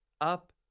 up